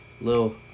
little